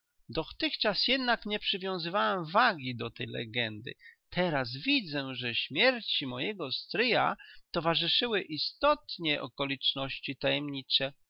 dotychczas jednak nie przywiązywałem wagi do tej legendy teraz widzę że śmierci mojego stryja towarzyszyły istotnie okoliczności tajemnicze